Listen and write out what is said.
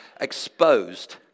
exposed